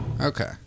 Okay